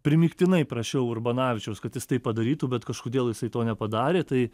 primygtinai prašiau urbanavičiaus kad jis tai padarytų bet kažkodėl jisai to nepadarė tai